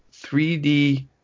3D